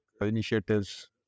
initiatives